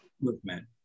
movement